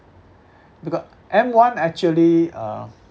because M_one actually uh